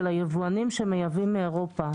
של היבואנים שמייבאים מאירופה.